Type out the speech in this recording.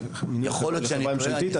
של חברה ממשלתית?